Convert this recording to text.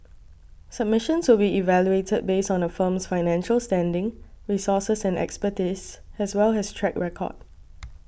submissions will be evaluated based on a firm's financial standing resources and expertise as well as track record